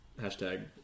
hashtag